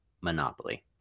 Monopoly